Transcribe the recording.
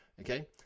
okay